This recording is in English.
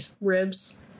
ribs